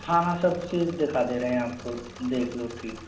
हाँ हाँ सब चीज़ दिखा दे रहे हैं आपको देखो लो ठीक